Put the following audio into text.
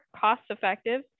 cost-effective